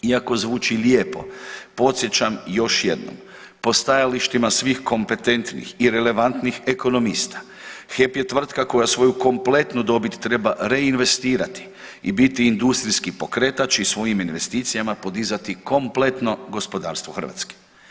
Iako zvuči lijepo podsjećam još jednom po stajalištima svih kompetentnih i relevantnih ekonomista HEP je tvrtka koja svoju kompletnu dobit treba reinvestirati i biti industrijski pokretač i svojim investicijama podizati kompletno gospodarstvo Hrvatske.